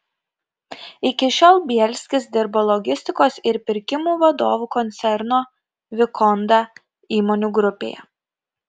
iki šiol bielskis dirbo logistikos ir pirkimų vadovu koncerno vikonda įmonių grupėje